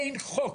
אין חוק